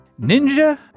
Ninja